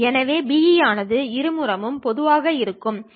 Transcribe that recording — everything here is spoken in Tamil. எனவே Be ஆனது இருபுறமும் பொதுவானதாக இருக்கிறது